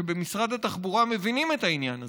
שבמשרד התחבורה מבינים את העניין הזה,